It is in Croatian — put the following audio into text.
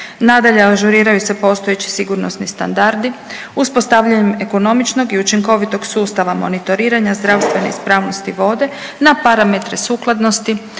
Nadalje, ažuriraju se postojeći sigurnosni standardi uspostavljanjem ekonomičnog i učinkovitog sustava monitoriranja zdravstvene ispravnosti vode na parametre sukladnosti